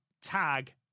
tag